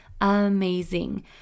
amazing